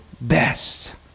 best